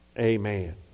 Amen